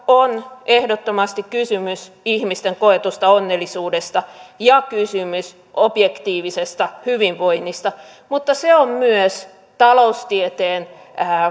on ehdottomasti kysymys ihmisten koetusta onnellisuudesta ja objektiivisesta hyvinvoinnista mutta se on myös taloustieteen